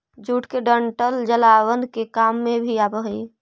jute के डंठल जलावन के काम भी आवऽ हइ